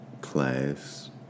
class